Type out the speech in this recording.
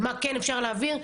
מה כן אפשר להעביר.